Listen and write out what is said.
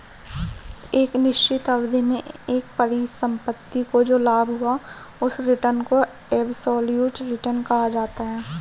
एक निश्चित अवधि में एक परिसंपत्ति को जो लाभ हुआ उस रिटर्न को एबसोल्यूट रिटर्न कहा जाता है